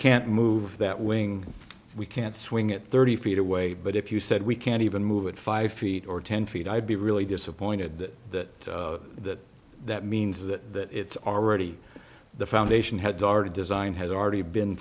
can't move that wing we can't swing it thirty feet away but if you said we can't even move it five feet or ten feet i'd be really disappointed that that that that means that it's already the foundation had darted design has already been